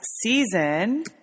season